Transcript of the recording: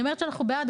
אני אומרת שאנחנו בעד,